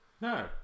No